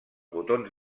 botons